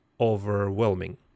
overwhelming